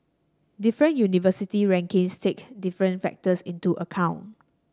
different university rankings take different factors into account